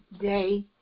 day